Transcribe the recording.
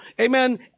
amen